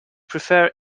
prefer